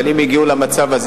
אבל אם הגיעו למצב הזה,